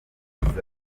bahanzi